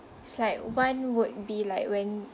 it's like one would be like when